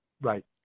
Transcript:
Right